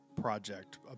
project